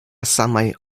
samaj